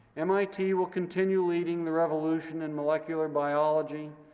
mit will continue leading the revolution in molecular biology,